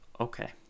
okay